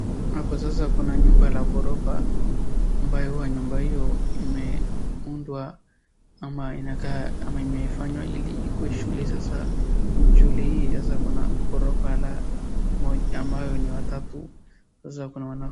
Hapa sasa kuna nyumba la ghorofa, ambayo huwa nyumba hio imeundwa ama inakaa ama imefanywa ili ikuwe shule, sasa shule hii sasa kuna ghorofa la moja ambayo ni watatu, sasa kuna...